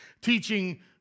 teaching